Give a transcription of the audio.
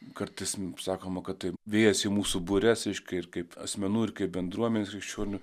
kartais mum sakoma kad tai vėjas į mūsų bures reiškia ir kaip asmenų ir bendruomenės krikščionių